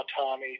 tommy